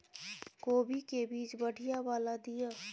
कोबी के बीज बढ़ीया वाला दिय?